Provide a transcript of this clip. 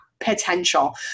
potential